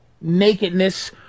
nakedness